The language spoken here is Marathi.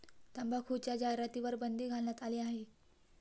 तंबाखूच्या जाहिरातींवर बंदी घालण्यात आली आहे